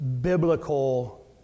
biblical